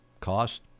cost